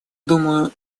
думаю